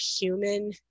human